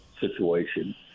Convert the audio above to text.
situation